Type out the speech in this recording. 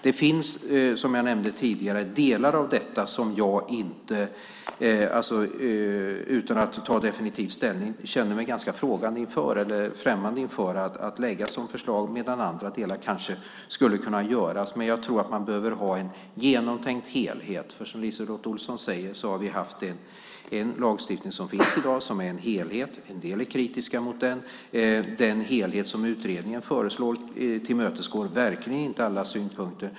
Det finns, som jag nämnde tidigare, delar av detta som jag, utan att ta definitiv ställning, känner mig ganska främmande för att lägga fram som förslag, medan andra delar kanske skulle kunna läggas fram. Jag tror att man behöver ha en genomtänkt helhet. Som LiseLotte Olsson sade har vi en lagstiftning som finns i dag och som är en helhet. En del är kritiska mot den. Den helhet som utredningen föreslår tillmötesgår verkligen inte alla synpunkter.